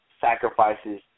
sacrifices